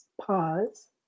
pause